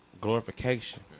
glorification